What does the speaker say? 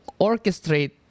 orchestrate